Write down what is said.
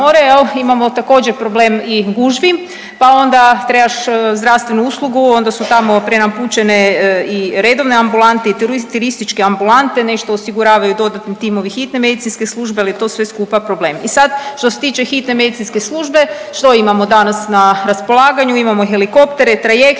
I sad što se tiče hitne medicinske službe što imamo danas na raspolaganju? Imamo helikoptere, trajekte,